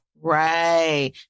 Right